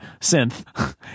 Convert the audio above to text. synth